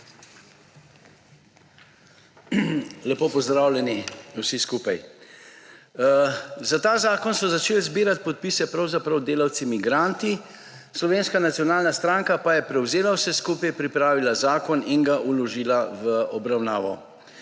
Lepo pozdravljeni vsi skupaj! Za ta zakon so začeli zbirati podpise pravzaprav delavci migranti, Slovenska nacionalna stranka pa je prevzela vse skupaj, pripravila zakon in ga vložila v obravnavo.